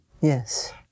Yes